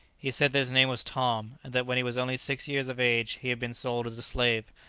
he said that his name was tom, and that when he was only six years of age he had been sold as a slave,